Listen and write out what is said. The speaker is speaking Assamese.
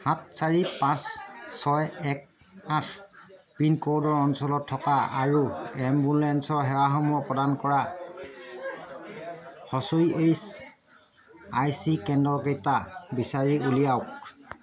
সাত চাৰি পাঁচ ছয় এক আঠ পিনক'ডৰ অঞ্চলত থকা আৰু এম্বুলেন্স সেৱাসমূহ প্ৰদান কৰা ই এছ আই চি কেন্দ্ৰকেইটা বিচাৰি উলিয়াওক